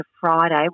Friday